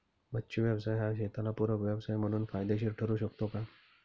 मच्छी व्यवसाय हा शेताला पूरक व्यवसाय म्हणून फायदेशीर ठरु शकतो का?